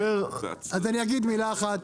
אז אני אגיד מילה אחת,